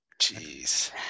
jeez